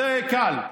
זה קל.